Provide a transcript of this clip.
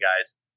guys